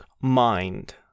mind